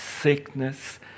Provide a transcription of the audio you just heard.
sickness